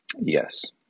Yes